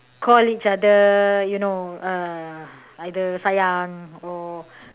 call each other you know uh either sayang or